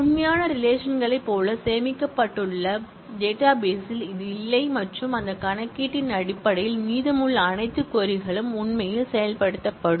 உண்மையான ரிலேஷன் களைப் போல சேமிக்கப்பட்டுள்ள தரவுத்தளத்தில் இது இல்லை மற்றும் அந்த கணக்கீட்டின் அடிப்படையில் மீதமுள்ள அனைத்து க்வரி களும் உண்மையில் செயல்படுத்தப்படும்